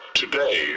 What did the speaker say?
today